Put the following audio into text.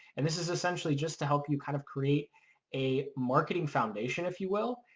and this is essentially just to help you kind of create a marketing foundation if you will.